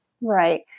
Right